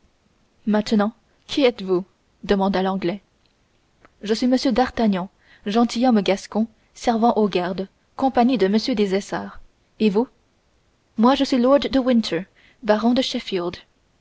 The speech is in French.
maintenant qui êtes-vous demanda l'anglais je suis m d'artagnan gentilhomme gascon servant aux gardes compagnie de m des essarts et vous moi je suis lord de winter baron de